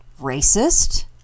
racist